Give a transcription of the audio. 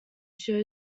show